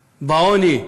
בעוני,